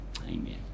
amen